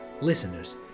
listeners